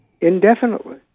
indefinitely